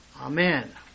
Amen